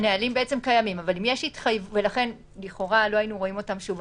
הנהלים בעצם קיימים ולכן לכאורה לא היינו רואים אותם שוב.